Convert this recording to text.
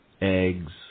Eggs